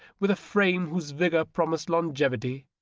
with a frame whose vigor promised longevity,